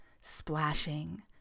splashing